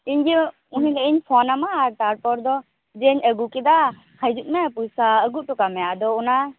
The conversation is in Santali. ᱤᱧᱜᱮ ᱩᱱᱤ ᱞᱟᱹᱭᱤᱧ ᱯᱷᱳᱱᱧᱟᱢᱟ ᱟᱨ ᱛᱟᱨᱯᱚᱨ ᱫᱚ ᱡᱮᱭᱤᱧ ᱟᱹᱜᱩ ᱠᱮᱫᱟ ᱛᱟᱨᱡᱚᱱᱱᱚ ᱯᱚᱭᱥᱟ ᱟᱹᱜᱩ ᱦᱚᱴᱚᱠᱟᱜ ᱢᱮ ᱟᱫᱚ ᱚᱱᱟ